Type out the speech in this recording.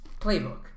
playbook